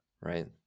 right